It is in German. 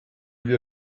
wir